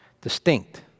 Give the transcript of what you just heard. distinct